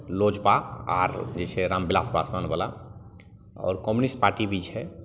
लोजपा आओर जे छै रामविलास पासवानवला आओर कम्युनिस्ट पार्टी भी छै